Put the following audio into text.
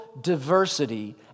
diversity